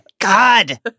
God